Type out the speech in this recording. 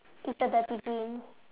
it's the dirty green